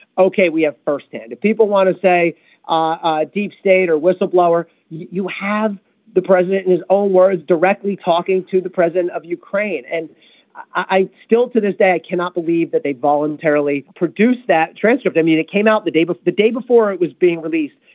ok. we have firsthand if people want to say ah deep state or whistleblower you have the president in his own words directly talking to the president of ukraine and i still to this day i cannot believe that they voluntarily produced that transcript i mean it came out the day before but the day before it was being released.